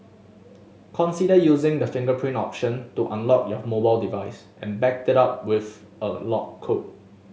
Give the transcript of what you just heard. consider using the fingerprint option to unlock your mobile device and back it up with a lock code